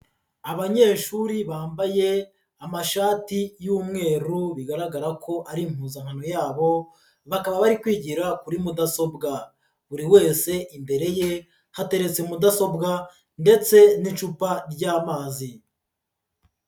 Abanyeshuri bambaye amashati y'umweru bigaragara ko ari impuzankano yabo, bakaba bari kwigira kuri mudasobwa. Buri wese imbere ye, hateretse mudasobwa ndetse n'icupa ry'amazi.